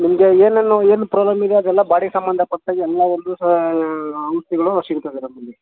ನಿಮಗೆ ಏನೇನು ನೋವು ಏನು ಪ್ರಾಬ್ಲಮ್ ಇದೆ ಅದೆಲ್ಲ ಬಾಡಿ ಸಂಬಂಧಪಟ್ಟು ಎಲ್ಲ ಔಷಧಿಗಳು ಸಿಗುತ್ತವೆ ನಮ್ಮಲ್ಲಿ